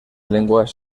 lenguas